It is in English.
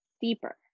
deeper